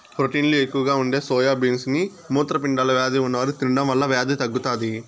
ప్రోటీన్లు ఎక్కువగా ఉండే సోయా బీన్స్ ని మూత్రపిండాల వ్యాధి ఉన్నవారు తినడం వల్ల వ్యాధి తగ్గుతాది